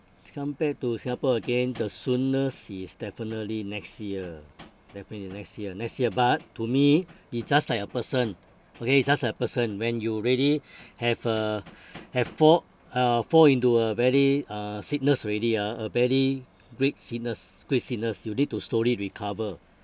t~ come back to singapore again the soonest is definitely next year definitely next year next year but to me it's just like a person okay it's just like a person when you already have a have fall uh fall into a very uh sickness already ah a very great sickness great sickness you need to slowly recover